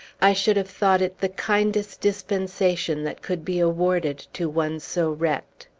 i should have thought it the kindest dispensation that could be awarded to one so wrecked.